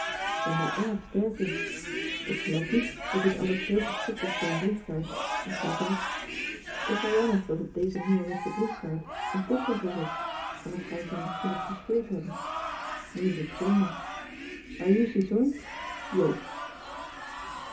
k ben daar erg sterk in ik geloof niet dat dit alles heel geschikt is voor een briefkaart maar t staat er op t is wel jammer dat op deze nieuwerwetsche briefkaart een postzegel zit anders zou ik hem misschien nog verscheurd hebben nu is t zonde ajuussies hoor joop